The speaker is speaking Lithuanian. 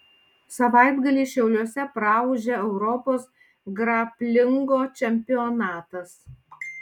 savaitgalį šiauliuose praūžė europos graplingo čempionatas